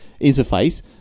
interface